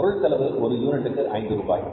பொருள் செலவு ஒரு யூனிட்டுக்கு 5 ரூபாய்